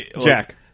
Jack